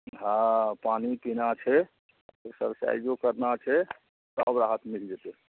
हँ पानि पीना छै एक्सरसाइजो करना छै सब राहत मिल जेतै